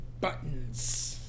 Buttons